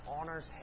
honors